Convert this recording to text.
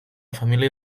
família